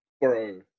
bro